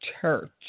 church